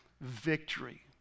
victory